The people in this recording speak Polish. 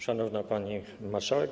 Szanowna Pani Marszałek!